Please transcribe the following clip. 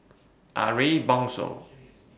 Ariff Bongso